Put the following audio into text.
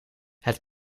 het